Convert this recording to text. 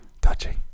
Touching